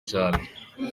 cyane